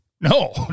No